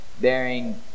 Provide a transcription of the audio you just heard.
bearing